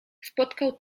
spotkał